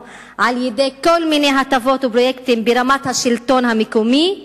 על-ידי כל מיני הטבות ופרויקטים ברמת השלטון המקומי,